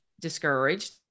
discouraged